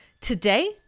Today